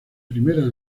primera